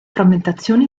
frammentazione